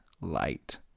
light